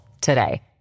today